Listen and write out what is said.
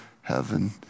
heaven